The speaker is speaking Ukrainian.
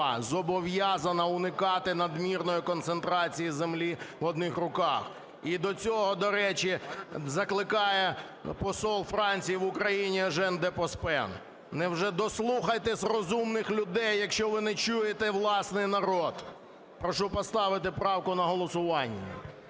зобов'язана уникати надмірної концентрації землі в одних руках. І до цього, до речі, закликає посол Франції в Україні Етьєн де Понсен. Дослухайтесь розумних людей, якщо ви не чуєте власний народ. Прошу поставити правку на голосування.